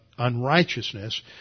unrighteousness